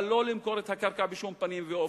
אבל לא למכור את הקרקע בשום פנים ואופן.